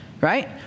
right